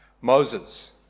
Moses